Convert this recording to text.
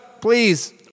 Please